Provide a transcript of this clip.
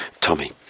Tommy